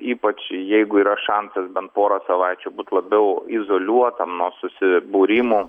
ypač jeigu yra šansas bent porą savaičių būt labiau izoliuotam nuo susibūrimų